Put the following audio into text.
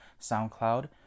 SoundCloud